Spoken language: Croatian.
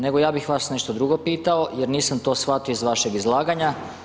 Nego ja bih vas nešto drugo pitao nego nisam to shvatio iz vašeg izlaganja.